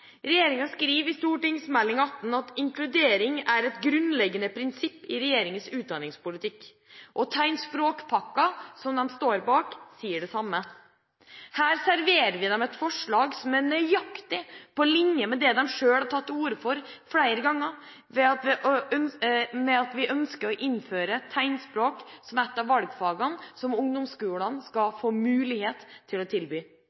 Regjeringa skriver i Meld. St. 18 for 2012–2013 at inkludering er et grunnleggende prinsipp i regjeringas utdanningspolitikk. I «Tegnspråkpakken», som de står bak, sies det samme. Her serverer vi dem et forslag som er nøyaktig på linje med det de selv har tatt til orde for flere ganger, ved at vi ønsker å innføre tegnspråk som ett av valgfagene som ungdomsskolene skal få mulighet til å tilby.